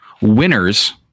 winners